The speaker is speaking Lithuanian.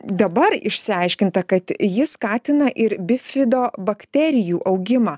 dabar išsiaiškinta kad ji skatina ir bifidobakterijų augimą